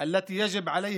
להלן תרגומם: